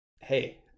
hey